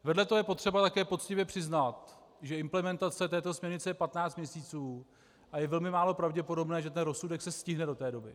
Vedle toho je potřeba také poctivě přiznat, že implementace této směrnice je 15 měsíců a je velmi málo pravděpodobné, že se rozsudek se stihne do té doby.